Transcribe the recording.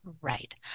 Right